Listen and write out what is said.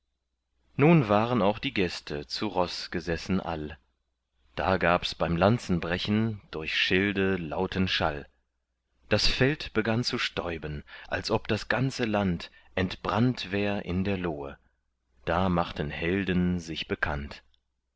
nun waren auch die gäste zu roß gesessen all da gabs beim lanzenbrechen durch schilde lauten schall das feld begann zu stäuben als ob das ganze land entbrannt wär in der lohe da machten helden sich bekannt